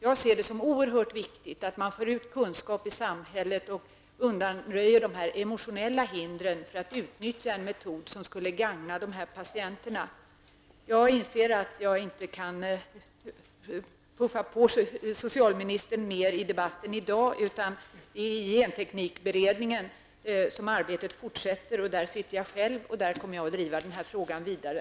Jag ser det som oerhört viktigt att man för ut kunskap i samhället och undanröjer de emotionella hinder som finns för att utnyttja en metod som skulle gagna dessa patienter. Jag inser att jag inte kan inte puffa på socialministern mer i debatten i dag, utan att det är i genteknikberedningen som arbetet fortsätter. Där sitter jag själv, och där kommer jag att driva den här frågan vidare.